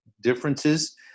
differences